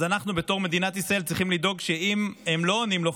אז אנחנו בתור מדינת ישראל צריכים לדאוג שאם הם לא עונים לו,